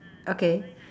okay